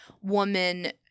woman